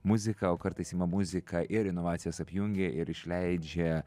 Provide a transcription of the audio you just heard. muziką o kartais ima muziką ir inovacijas apjungia ir išleidžia